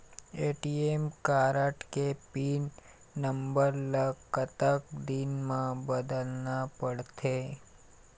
ATM card के pin number ला कतक दिन म बदलना पड़थे?